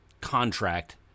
contract